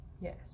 yes